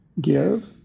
Give